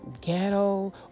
ghetto